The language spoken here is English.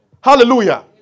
Hallelujah